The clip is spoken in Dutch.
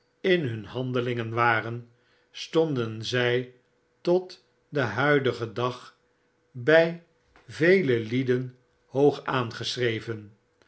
in hun handelingen waren stonden zjj tot den huidigen dag by vele lieden hoog aangeschreven